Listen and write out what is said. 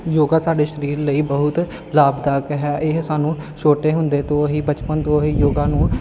ਯੋਗਾ ਸਾਡੇ ਸਰੀਰ ਲਈ ਬਹੁਤ ਲਾਭਦਾਇਕ ਹੈ ਇਹ ਸਾਨੂੰ ਛੋਟੇ ਹੁੰਦੇ ਤੋਂ ਹੀ ਬਚਪਨ ਤੋਂ ਹੀ ਯੋਗਾ ਨੂੰ